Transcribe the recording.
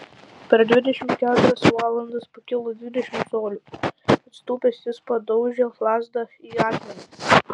per dvidešimt keturias valandas pakilo dešimt colių atsitūpęs jis padaužė lazdą į akmenį